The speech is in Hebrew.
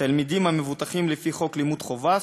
תלמידים המבוטחים לפי חוק לימוד חובה,